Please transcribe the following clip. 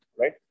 right